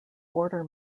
order